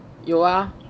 有啊